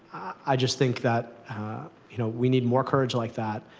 i just think that you know we need more courage like that.